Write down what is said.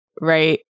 Right